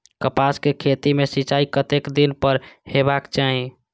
कपास के खेती में सिंचाई कतेक दिन पर हेबाक चाही?